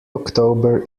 october